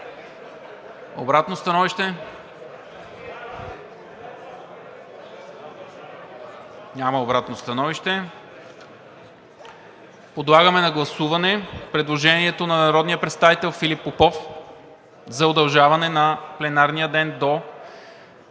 Обратно становище? Няма обратно становище. Подлагам на гласуване предложението на народния представител Филип Попов за удължаване на пленарния ден до